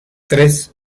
tres